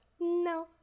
no